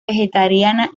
vegetariana